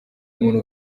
umuntu